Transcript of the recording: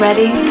Ready